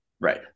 Right